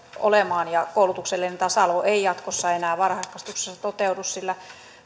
olemaan ja koulutuksellinen tasa arvo ei jatkossa enää varhaiskasvatuksessa toteudu sillä